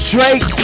Drake